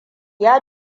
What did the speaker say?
ya